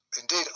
Indeed